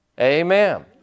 Amen